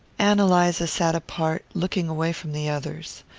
ann eliza sat apart, looking away from the others.